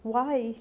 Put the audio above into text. why